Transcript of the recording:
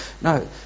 No